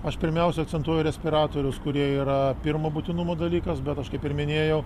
aš pirmiausia akcentuoju respiratorius kurie yra pirmo būtinumo dalykas bet aš kaip ir minėjau